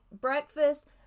breakfast